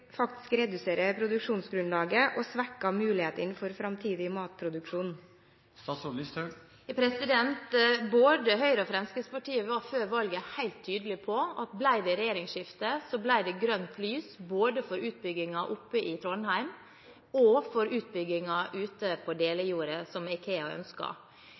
faktisk å redusere produksjonsgrunnlaget og svekke mulighetene for framtidig matproduksjon? Både Høyre og Fremskrittspartiet var før valget helt tydelige på at ble det regjeringsskifte, ble det grønt lys både for utbyggingen i Trondheim og for utbyggingen på Delijordet, som